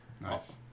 Nice